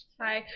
Hi